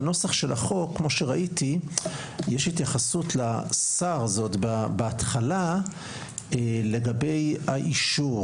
בנוסח של החוק ראיתי שיש התייחסות לשר לגבי האישור.